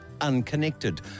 unconnected